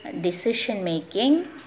decision-making